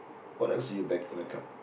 what else do you back up